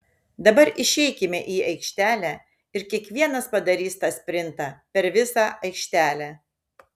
dabar išeikime į aikštelę ir kiekvienas padarys tą sprintą per visą aikštelę